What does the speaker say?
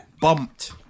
bumped